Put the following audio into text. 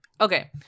okay